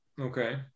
Okay